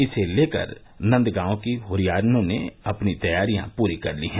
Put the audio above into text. इसे लेकर नंदगांव की हुरियारिनों ने अपनी तैयारियां पूरी कर ली हैं